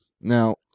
Now